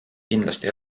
kindlasti